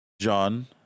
John